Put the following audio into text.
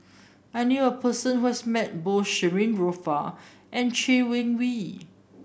I knew a person who has met both Shirin Fozdar and Chay Weng Yew